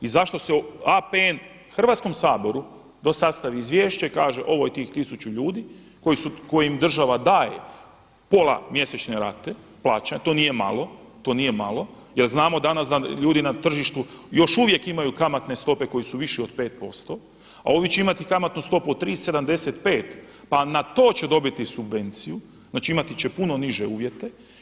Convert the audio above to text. I zašto se APN Hrvatskom saboru, da sastavi izvješće, kaže ovo je tih 1000 ljudi kojim država daje pola mjesečne rate, plaćene, to nije malo, to nije malo, jer znamo danas da ljudi na tržištu još uvijek imaju kamatne stope koje su više od 5% a ovi će imati kamatnu stopu od 3,75 pa na to će dobiti subvenciju, znači imati će puno niže uvjete.